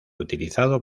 utilizado